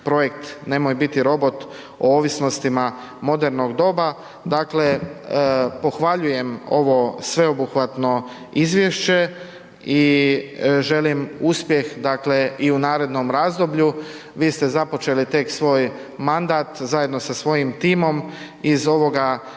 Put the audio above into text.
projekt Nemoj biti robot o ovisnosti modernog doba, dakle, pohvaljujem ovo sveobuhvatno izvješće i želim uspjeh, dakle, i u narednom razdoblju. Vi ste započeli tek svoj mandat zajedno sa svojim timom, iz ovoga